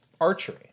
archery